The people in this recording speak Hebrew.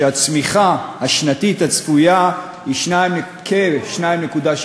שהצמיחה השנתית הצפויה היא של כ-2.6%,